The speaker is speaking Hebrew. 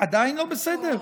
עדיין לא בסדר?